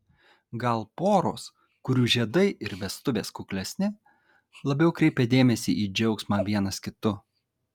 gal poros kurių žiedai ir vestuvės kuklesni labiau kreipia dėmesį į džiaugsmą vienas kitu